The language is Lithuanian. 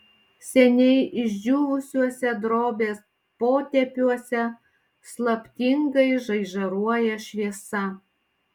seniai išdžiūvusiuose drobės potėpiuose slaptingai žaižaruoja šviesa